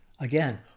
Again